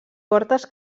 portes